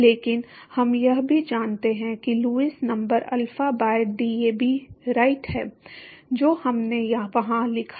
लेकिन हम यह भी जानते हैं कि Lewis number alpha by DAB right है जो हमने वहां लिखा है